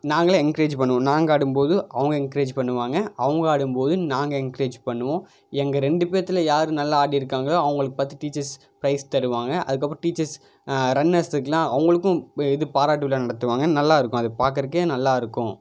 நாங்கள் என்கரேஜ் பண்ணுவோம் நாங்கள் ஆடும்போது அவங்க என்கரேஜ் பண்ணுவாங்க அவங்க ஆடும்போது நாங்கள் என்கரேஜ் பண்ணுவோம் எங்கள் ரெண்டு பேத்துல யார் நல்லா ஆடியிருக்காங்களோ அவங்கள பார்த்து டீச்சர்ஸ் பிரைஸ் தருவாங்க அதுக்கப்றம் டீச்சர்ஸ் ரன்னர்ஸுக்குலாம் அவங்களுக்கும் இது பாராட்டு விழா நடத்துவாங்க நல்லா இருக்கும் அது பாக்குறதுக்கே நல்லா இருக்கும்